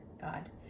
God